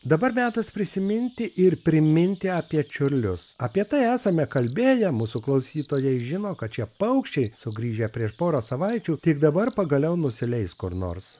dabar metas prisiminti ir priminti apie čiurlius apie tai esame kalbėję mūsų klausytojai žino kad šie paukščiai sugrįžę prieš porą savaičių tik dabar pagaliau nusileis kur nors